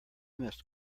must